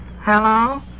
Hello